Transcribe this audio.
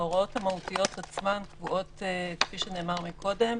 ההוראות המהותיות עצמן קבועות, כפי שנאמר מקודם,